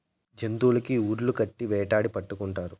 జంతులకి ఉర్లు కట్టి వేటాడి పట్టుకుంటారు